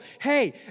hey